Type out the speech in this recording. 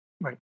right